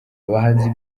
abahanzi